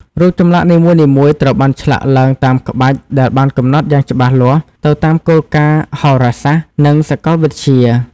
រូបចម្លាក់នីមួយៗត្រូវបានឆ្លាក់ឡើងតាមក្បាច់ដែលបានកំណត់យ៉ាងច្បាស់លាស់ទៅតាមគោលការណ៍ហោរាសាស្ត្រ និងសកលវិទ្យា។